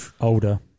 Older